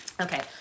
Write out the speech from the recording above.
Okay